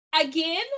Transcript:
again